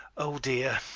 oh dear!